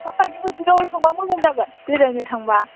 माबायदि बोथोराव थांबा मोजां जागोन बेरायनो थांबा